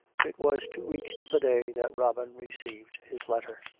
it was two weeks to the day that robin received his letter.